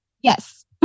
Yes